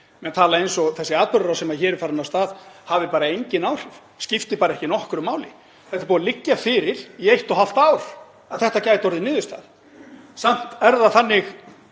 Menn tala eins og þessi atburðarás sem hér er farin af stað hafi bara engin áhrif, skipti bara ekki nokkru máli. Það er búið að liggja fyrir í eitt og hálft ár að þetta gæti orðið niðurstaðan. Samt er það þannig